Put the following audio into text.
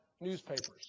newspapers